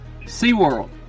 SeaWorld